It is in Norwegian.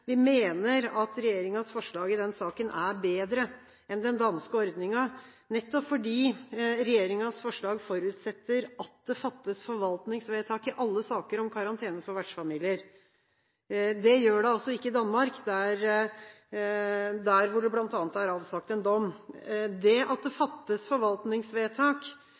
vi mener at regjeringens forslag i denne saken er bedre enn den danske ordningen, nettopp fordi regjeringens forslag forutsetter at det fattes forvaltningsvedtak i alle saker om karantene for vertsfamilier. Det gjør det ikke i Danmark, der hvor det bl.a. er avsagt en dom. Det at det fattes forvaltningsvedtak,